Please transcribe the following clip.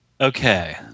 Okay